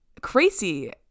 crazy